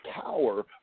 power